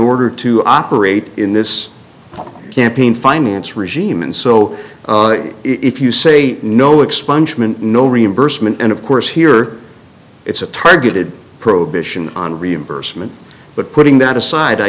order to operate in this campaign finance regime and so if you say no expungement no reimbursement and of course here it's a targeted prohibition on reimbursement but putting that aside i